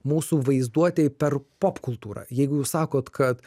mūsų vaizduotei per popkultūrą jeigu jūs sakot kad